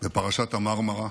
בפרשת המרמרה,